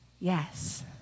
Yes